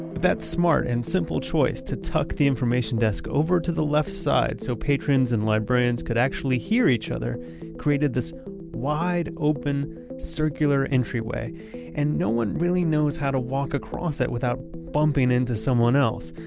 that smart and simple choice to tuck the information desk over to the left side so patrons and librarians could actually hear each other created a wide-open circular entranceway. and no one really knows how to walk across it without bumping into someone else.